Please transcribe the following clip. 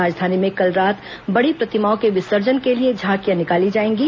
राजधानी में कल रात बड़ी प्रतिमाओं के विसर्जन के लिए झांकियां निकाली जाएंगी